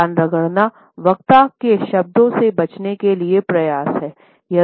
कान रगड़ना वक्ता के शब्दों से बचने के लिए प्रयास हैं